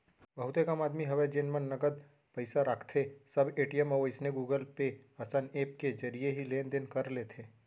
बहुते कम आदमी हवय जेन मन नगद पइसा राखथें सब ए.टी.एम अउ अइसने गुगल पे असन ऐप के जरिए ही लेन देन कर लेथे